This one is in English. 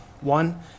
One